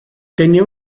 tenía